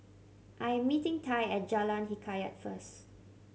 I am meeting Tye at Jalan Hikayat first